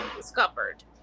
discovered